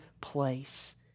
place